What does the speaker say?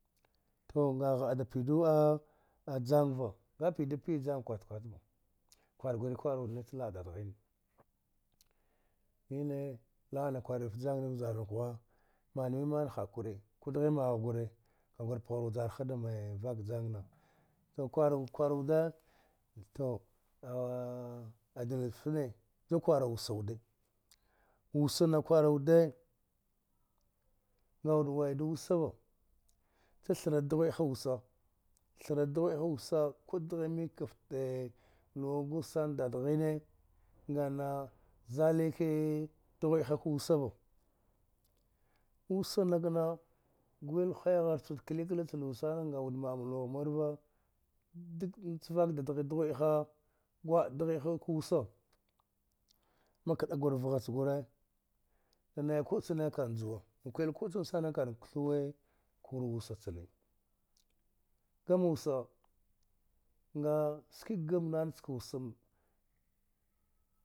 Tu nga gha’a dapidu a’a jang van ga pidu piya jang kwaf kwatava kwar guri kwaruɗ nach la’a dadghine nine la’ana kwari wud fta jana ni vjar nuk ghwa man miman hakure kudghi magha gure kagur pghar vjarha damce vak jangna tu kwalud kwarude tu ju kwaru wusa wude wuss ana kwarude anga wud waidu wusa va cha tharach dghwi’h wusa thra dghwi’a ha wusa ku dghi mikka fte luwa gos sana dadaghine ng ana zalike dghwi’ah ka wusava wusa na knag will hwai ghar chud klikla cha luwa sana nga wud ma’a ma luwagh mur va dak nach vak dadghi dgwiaha gwa’a dghwi’a ka wusa makɗa gur vgha cha gure nanai ku’a chan sana kan kthuwe kul wusa chane, gam wusa nga ski gam nana chka wusa.